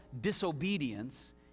disobedience